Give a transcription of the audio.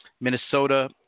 Minnesota